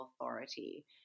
authority